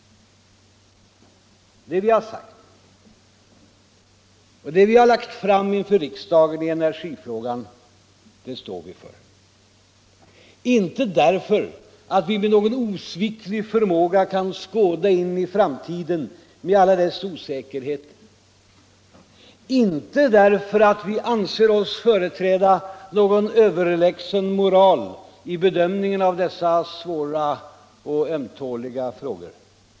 Det vi har sagt och det vi har lagt fram inför riksdagen i energifrågan det står vi för. Inte därför att vi med någon osviklig förmåga kan skåda in i framtiden med alla dess osäkerheter. Inte därför att vi anser oss företräda någon överlägsen moral i bedömningen av dessa svåra och ömtåliga frågor.